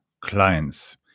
clients